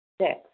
Six